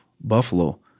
buffalo